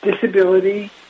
Disability